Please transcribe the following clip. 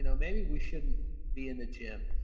you know maybe we shouldn't be in the gym.